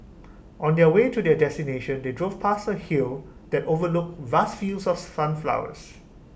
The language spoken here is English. on the way to their destination they drove past A hill that overlooked vast fields of sunflowers